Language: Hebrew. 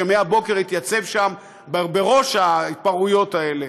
שמהבוקר התייצב שם בראש ההתפרעויות האלה,